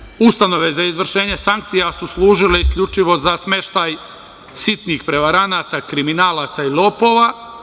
Tadašnje ustanove za izvršenje sankcija su služile isključivo za smeštaj sitnih prevaranata, kriminalaca i lopova.